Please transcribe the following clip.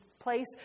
place